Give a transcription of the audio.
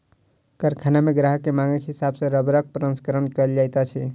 कारखाना मे ग्राहक के मांगक हिसाब सॅ रबड़क प्रसंस्करण कयल जाइत अछि